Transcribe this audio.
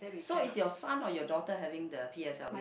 so is your son or your daughter having the P_S_L_E